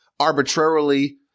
arbitrarily